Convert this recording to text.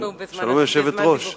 היושבת-ראש.